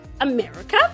america